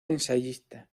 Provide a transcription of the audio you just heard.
ensayista